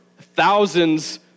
thousands